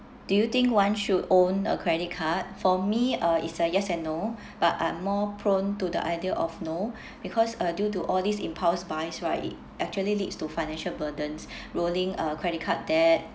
do you think one should own a credit card for me uh it's a yes and no but I'm more prone to the idea of no because uh due to all these impulse buys right it actually leads to financial burdens rolling a credit card debt